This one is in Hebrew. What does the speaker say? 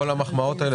כל המחמאות האלה,